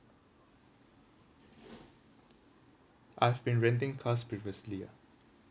I've been renting cars previously